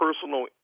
personal